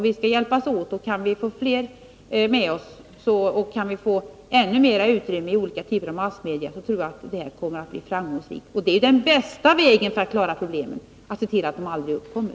Vi skall hjälpas åt, och kan vi få flera med oss och få ännu mer utrymme i olika typer av massmedier, tror jag att arbetet blir framgångsrikt. Det bästa sättet att klara problemen är ju att se till, att de aldrig uppkommer.